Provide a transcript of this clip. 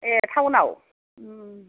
ए थाउनाव